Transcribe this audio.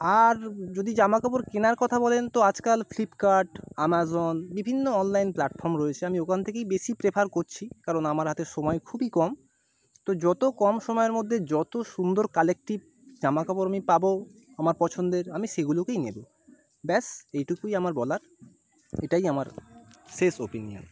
আর যদি জামাকাপড় কেনার কথা বলেন তো আজাকাল ফ্লিপকার্ট অ্যামাজন বিভিন্ন অনলাইন প্ল্যাটফর্ম রয়েছে আমি ওখান থেকেই বেশি প্রেফার করছি কারণ আমার হাতে সময় খুবই কম তো যত কম সময়ের মধ্যে যত সুন্দর কালেক্টিভ জামাকাপড় আমি পাবো আমার পছন্দের আমি সেগুলোকেই নেবো ব্যাস এইটুকুই আমার বলার এটাই আমার শেষ ওপিনিয়ন